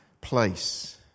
place